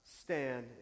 stand